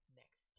next